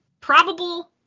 Probable